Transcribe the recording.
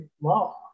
law